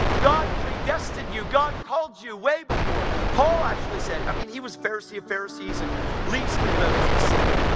god predestined you, god called you, way before. paul actually said i mean, he was the pharisee of pharisees, and least of those, he said.